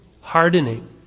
Hardening